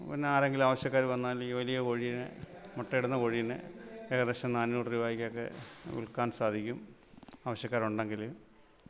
പിന്നെയാരെങ്കിലും ആവശ്യക്കാർ വന്നാൽ ഈ വലിയ കോഴിയിനെ മുട്ട ഇടുന്ന കോഴിയിനെ ഏകദേശം നാന്നൂറ് രൂപയ്ക്കൊക്കെ വിൽക്കാൻ സാധിക്കും ആവശ്യക്കാരുണ്ടെങ്കിൽ